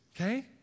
okay